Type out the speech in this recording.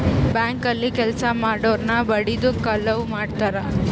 bank ಅಲ್ಲಿ ಕೆಲ್ಸ ಮಾಡೊರ್ನ ಬಡಿದು ಕಳುವ್ ಮಾಡ್ತಾರ